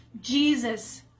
Jesus